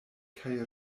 kaj